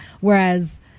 Whereas